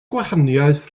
gwahaniaeth